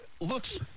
looks –